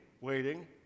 waiting